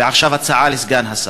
ועכשיו הצעה לסגן השר,